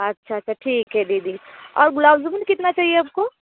अच्छा अच्छा ठीक है दीदी और गुलाब जामुन कितना चाहिए आपको